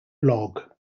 blog